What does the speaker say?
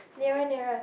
nearer nearer